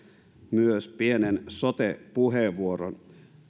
myös pienen sote puheenvuoron